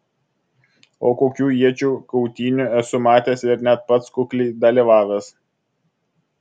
o kokių iečių kautynių esu matęs ir net pats kukliai dalyvavęs